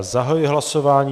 Zahajuji hlasování.